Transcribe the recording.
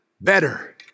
better